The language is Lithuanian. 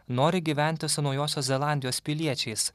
nori gyventi su naujosios zelandijos piliečiais